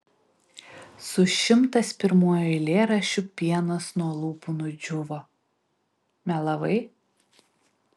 su šimtas pirmuoju eilėraščiu pienas nuo lūpų nudžiūvo melavai